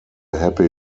happy